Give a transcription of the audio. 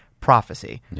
prophecy